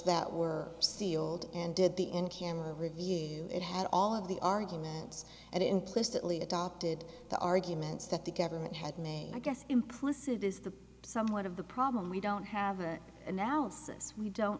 that were sealed and did the in camera review it had all of the arguments and implicitly adopted the arguments that the government had made i guess implicit is the somewhat of the problem we don't have an analysis we don't